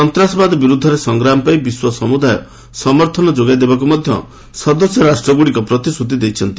ସନ୍ତାସବାଦ ବିରୁଦ୍ଧରେ ସଂଗ୍ରାମ ପାଇଁ ବିଶ୍ୱ ସମୁଦାୟ ସମର୍ଥନ ଯୋଗାଇ ଦେବାକୁ ମଧ୍ୟ ସଦସ୍ୟ ରାଷ୍ଟ୍ରଗୁଡିକ ମଧ୍ୟ ପ୍ରତିଶ୍ରତି ଦେଇଛନ୍ତି